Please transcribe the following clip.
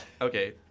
Okay